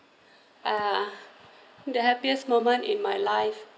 uh the happiest moment in my life